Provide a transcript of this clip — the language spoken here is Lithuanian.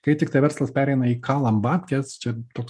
kai tiktai verslas pereina į kalam babkes čia toks